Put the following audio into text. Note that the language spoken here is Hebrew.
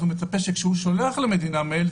אז הוא מצפה שכשהוא שולח למדינה מייל,